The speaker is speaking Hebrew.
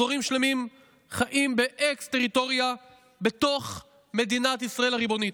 אזורים שלמים חיים באקס-טריטוריה בתוך מדינת ישראל הריבונית.